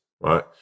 right